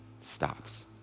stops